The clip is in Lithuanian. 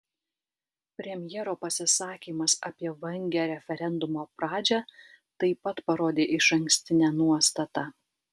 premjero pasisakymas apie vangią referendumo pradžią taip pat parodė išankstinę nuostatą